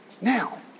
Now